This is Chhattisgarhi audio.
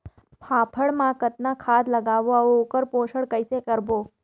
फाफण मा कतना खाद लगाबो अउ ओकर पोषण कइसे करबो?